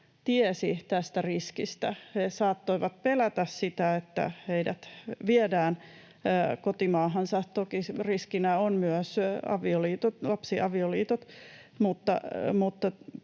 tiesi tästä riskistä, ja he saattoivat pelätä sitä, että heidät viedään kotimaahansa — toki riskinä ovat myös lapsiavioliitot,